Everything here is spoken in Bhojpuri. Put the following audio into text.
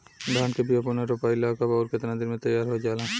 धान के बिया पुनः रोपाई ला कब और केतना दिन में तैयार होजाला?